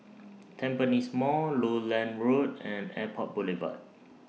Tampines Mall Lowland Road and Airport Boulevard